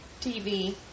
TV